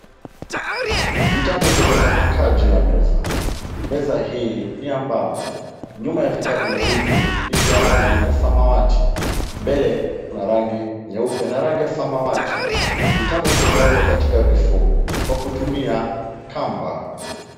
Vitabu vimetapakaa juu ya meza. Meza hii ni ya mbao. Nyuma ya vitabu hivi ni vya rangi ya samawati. Mbele kuna rangi nyeupe na samawati. Vitabu vimewekwa katika vifungu kwa kutumia kamba.